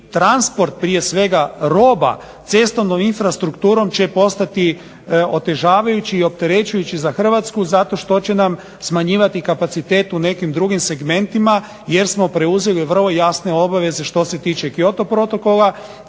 transport prije svega roba cestovnom infrastrukturom će postati otežavajući i opterećujući za Hrvatsku zato što će nam smanjivati kapacitet u nekim drugim segmentima jer smo preuzeli vrlo jasne obaveze što se tiče Kyoto protokola